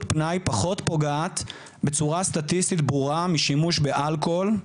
פנאי פחות פוגעת בצורה סטטיסטית ברורה משימוש באלכוהול,